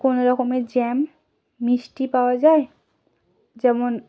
কোনো রকমের জ্যাম মিষ্টি পাওয়া যায় যেমন